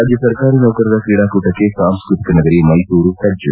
ರಾಜ್ಯ ಸರ್ಕಾರಿ ನೌಕರರ ಕ್ರೀಡಾಕೂಟಕ್ಕೆ ಸಾಂಸ್ಕೃತಿಕ ನಗರಿ ಮೈಸೂರು ಸಜ್ಜು